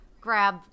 grab